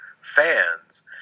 fans